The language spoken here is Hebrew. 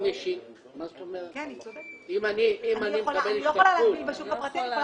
אם אני מקבל השתתפות --- אני לא יכולה להגביל בשוק הפרטי.